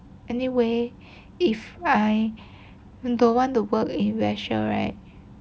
anyway if I don't want to work in russia right